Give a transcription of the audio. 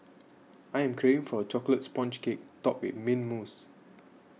I am craving for a Chocolate Sponge Cake Topped with Mint Mousse